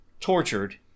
Tortured